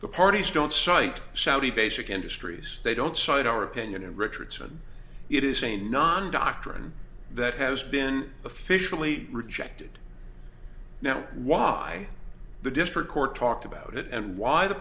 the parties don't cite saudi basic industries they don't cite our opinion and richardson it is a non doctrine that has been officially rejected now why the district court talked about it and why the